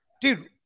Dude